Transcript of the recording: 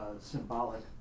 symbolic